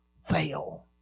fail